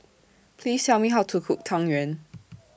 Please Tell Me How to Cook Tang Yuen